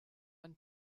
ein